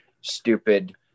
stupid